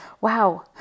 Wow